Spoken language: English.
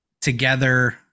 together